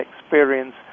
experience